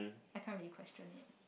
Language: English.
I can't really question it